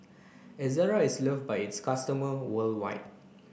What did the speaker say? Ezerra is loved by its customer worldwide